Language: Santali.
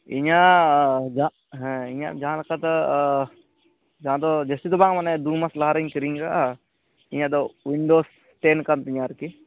ᱤᱧᱟᱹᱜ ᱦᱮᱸ ᱤᱧᱟᱹᱜ ᱡᱟᱦᱟᱸ ᱞᱮᱠᱟ ᱫᱚ ᱡᱟᱦᱟᱸ ᱰᱚ ᱡᱟᱹᱥᱛᱤ ᱫᱚ ᱵᱟᱝ ᱢᱟᱱᱮ ᱫᱩ ᱢᱟᱥ ᱞᱟᱦᱟ ᱨᱮᱧ ᱠᱤᱨᱤᱧ ᱞᱮᱜᱼᱟ ᱤᱧᱟᱹᱜ ᱫᱚ ᱣᱤᱱᱰᱳᱡᱽ ᱴᱮᱱ ᱠᱟᱱ ᱛᱤᱧᱟᱹ ᱟᱨᱠᱤ